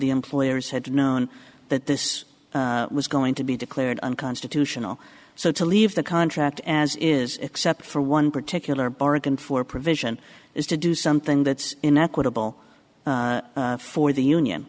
the employers had known that this was going to be declared unconstitutional so to leave the contract as is except for one particular bargain for provision is to do something that's in equitable for the union